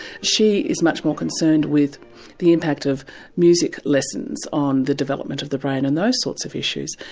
she is much more concerned with the impact of music lessons on the development of the brain and those sorts of issues,